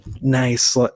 nice